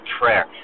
prayer